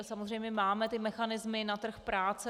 Samozřejmě máme mechanismy na trh práce.